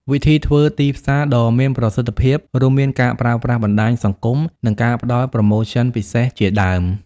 វិធីធ្វើទីផ្សារដ៏មានប្រសិទ្ធភាពរួមមានការប្រើប្រាស់បណ្ដាញសង្គម និងការផ្ដល់ប្រូម៉ូសិនពិសេសជាដើម។